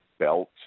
Belt